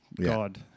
God